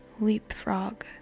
leapfrog